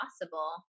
possible